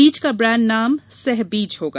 बीज का ब्रांड नाम सह बीज होगा